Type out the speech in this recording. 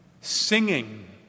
singing